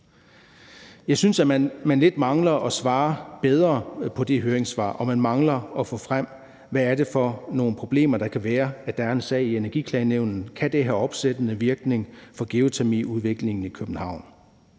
Jeg synes, at man lidt mangler at svare bedre på det høringssvar, og at man mangler at få frem, hvad det er for nogle problemer, der kan være i, at der er en sag i Energiklagenævnet. Kan det have opsættende virkning for geotermiudviklingen i København?